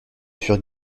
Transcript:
furent